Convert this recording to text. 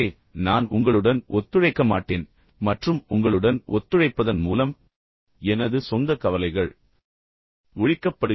எனவே நான் உங்களுடன் ஒத்துழைக்க மாட்டேன் ஏனென்றால் நீங்கள் தோற்க வேண்டும் என்று நான் விரும்புகிறேன் மற்றும் உங்களுடன் ஒத்துழைப்பதன் மூலம் எனது சொந்த கவலைகள் ஒழிக்கப்படுகின்றன